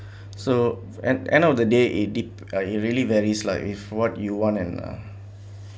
so end end of the day it dep~ it really varies lah with what you want and uh